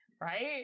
right